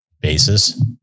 basis